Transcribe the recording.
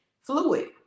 fluid